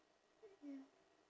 ya